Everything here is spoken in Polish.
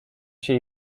się